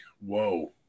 whoa